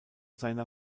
seiner